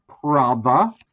Prava